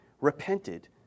repented